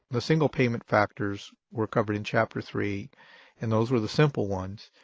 the single payment factors were covered in chapter three and those were the simple ones.